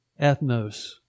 ethnos